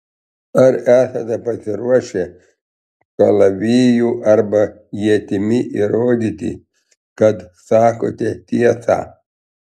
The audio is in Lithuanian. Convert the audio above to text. ar esate pasiruošę kalaviju arba ietimi įrodyti kad sakote tiesą